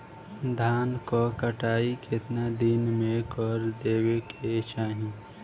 धान क कटाई केतना दिन में कर देवें कि चाही?